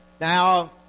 Now